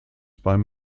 beim